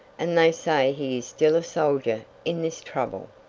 and they say he is still a soldier in this trouble.